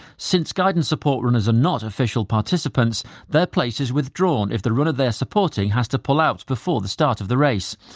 since guidance support runners are not official participants their place is withdrawn if the runner they're supporting has to pull out before the start of the race.